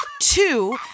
Two